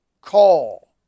call